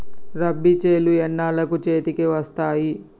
రబీ చేలు ఎన్నాళ్ళకు చేతికి వస్తాయి?